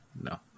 No